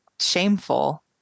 shameful